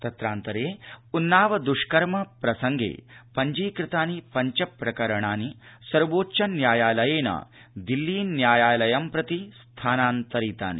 तत्रान्तरे उन्नाव दुष्कर्म प्रसंगे पञ्जीकृतानि पञ्च प्रकरणानि सर्वोच्च न्यायालयेन दिल्लीन्यायालयं प्रति स्थानान्तरितानि